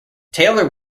taylor